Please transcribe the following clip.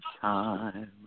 time